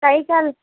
கை கால்